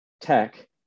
tech